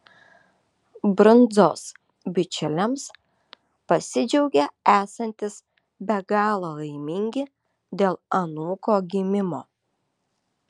brundzos bičiuliams pasidžiaugė esantys be galo laimingi dėl anūko gimimo